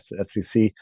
SEC